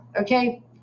okay